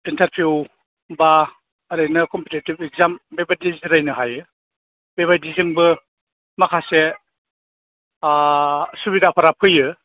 interview बा ओरैनो competitive exam बेबायदि जिरायनो हायो बेबायदिजोंबो माखासे सुबिदाफोरा फैयो